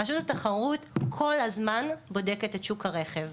רשות התחרות כל הזמן בודקת את שוק הרכב.